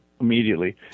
immediately